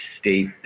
state